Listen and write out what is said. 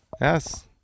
Yes